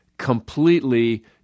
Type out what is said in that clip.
completely